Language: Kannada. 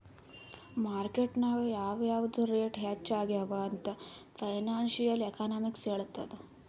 ಮಾರ್ಕೆಟ್ ನಾಗ್ ಯಾವ್ ಯಾವ್ದು ರೇಟ್ ಹೆಚ್ಚ ಆಗ್ಯವ ಅಂತ್ ಫೈನಾನ್ಸಿಯಲ್ ಎಕನಾಮಿಕ್ಸ್ ಹೆಳ್ತುದ್